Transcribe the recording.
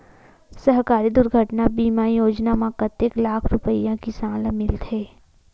सहकारी दुर्घटना बीमा योजना म कतेक लाख रुपिया किसान ल मिलथे?